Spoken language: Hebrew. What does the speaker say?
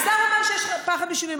השר אמר שיש פחד משינויים.